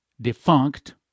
defunct